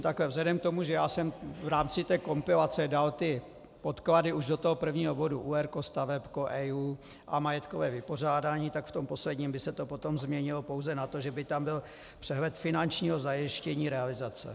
Tak vzhledem k tomu, že jsem v rámci té kompilace dal ty podklady už do toho prvního bodu, EIA, stavebko a majetkové vypořádání, tak v tom posledním by se to potom změnilo pouze na to, že by tam byl přehled finančního zajištění realizace.